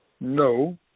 No